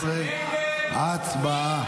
12. הצבעה.